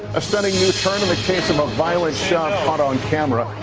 a stunning new turn in the case of a violent shove caught on camera.